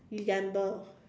December